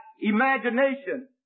imagination